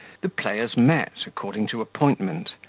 the players met, according to appointment,